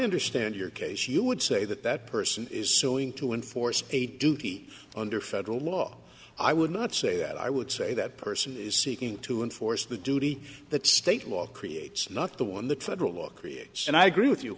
understand your case you would say that that person is sewing to enforce a duty under federal law i would not say that i would say that person is seeking to enforce the duty that state law creates not the one the federal law creates and i agree with you